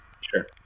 Sure